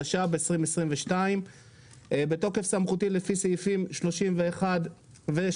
התשפ"ב 2022 בתוקף סמכותי לפי סעיפים 31 ו-